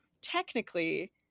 technically